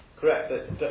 Correct